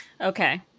okay